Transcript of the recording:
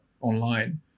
online